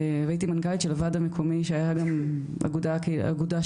והייתי גם מנכ"לית של הוועד המקומי שהיה גם אגודה שם,